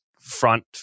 front